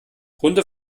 runde